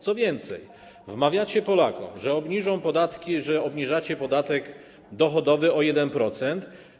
Co więcej, wmawiacie Polakom, że obniżone będą podatki, że obniżacie podatek dochodowy o 1%.